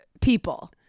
people